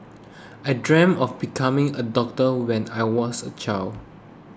I dreamed of becoming a doctor when I was a child